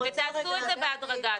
תעשו את זה בהדרגה.